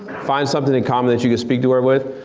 find something in common that you can speak to her with.